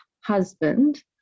husband